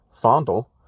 fondle